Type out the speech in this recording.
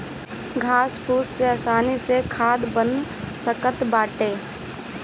घास फूस से आसानी से खाद बन सकत बाटे